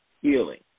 healing